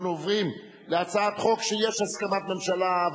אנחנו עוברים להצעת חוק שיש הסכמת ממשלה,